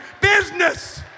business